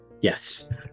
Yes